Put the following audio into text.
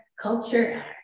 culture